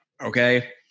Okay